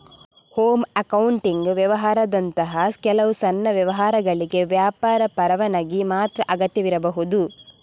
home accounting ವ್ಯವಹಾರದಂತಹ ಕೆಲವು ಸಣ್ಣ ವ್ಯವಹಾರಗಳಿಗೆ ವ್ಯಾಪಾರ ಪರವಾನಗಿ ಮಾತ್ರ ಅಗತ್ಯವಿರಬಹುದು